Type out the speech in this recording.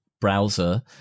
browser